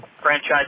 franchise